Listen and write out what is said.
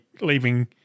leaving